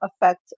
affect